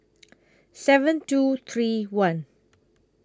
seven two three one